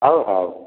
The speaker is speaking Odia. ହଉ ହଉ